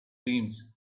dreams